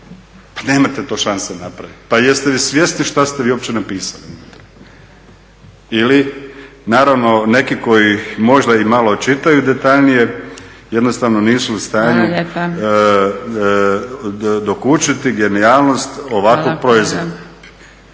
Pa nemate to šanse napraviti, pa jeste li svjesni šta ste vi uopće napisali unutra? Ili naravno neki koji možda i malo čitaju detaljnije jednostavno nisu u stanju dokučiti genijalnost ovakvog proizvoda.